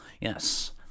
Yes